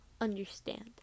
understand